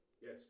Yes